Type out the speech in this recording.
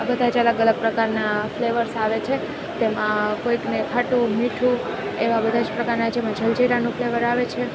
આ બધા જ અલગ અલગ પ્રકારના ફ્લેવર્સ આવે છે તેમાં કોઈક ને ખાટું મીઠું એવા બધા જ પ્રકારના જેમાં જલજીરાનું ફ્લેવર આવે છે